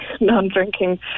non-drinking